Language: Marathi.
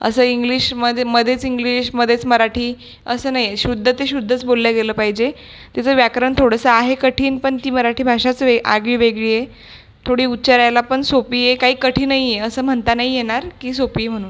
असं इंग्लिशमध्ये मध्येच इंग्लिश मध्येच मराठी असं नाही आहे शुद्ध ते शुद्धच बोललं गेलं पाहिजे तिचं व्याकरण थोडंसं आहे कठीण पण ती मराठी भाषाच वे आगळीवेगळी आहे थोडी उच्चारायला पण सोपी आहे काही कठीणही आहे असं म्हणता नाही येणार की सोपी आहे म्हणून